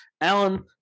Alan